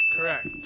Correct